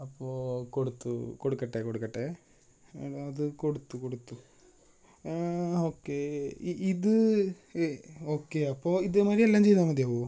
അപ്പോൾ ഓ കൊടുത്തു കൊടുക്കട്ടെ കൊടുക്കട്ടെ എടാ അത് കൊടുത്തു കൊടുത്തു ഓക്കെ ഇ ഇത് എ ഓക്കെ അപ്പോൾ ഇതിങ്ങനെ എല്ലം ചെയ്താൽ മതിയാകോ